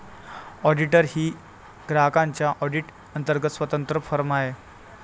auditor ही ग्राहकांच्या audit अंतर्गत स्वतंत्र फर्म आहे